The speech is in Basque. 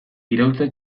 iraultza